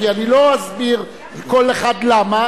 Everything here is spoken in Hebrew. כי אני לא אסביר כל אחד למה,